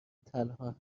تنها